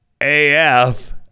AF